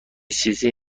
چیزی